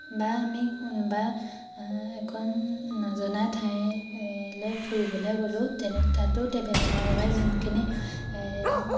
বা আমি কোনোবা এখন নজনা ঠাইলৈ ফুৰিবলৈ গ'লোঁ তেনে তাতো ট্ৰেভেলিঙৰ বাবে যোনখিনি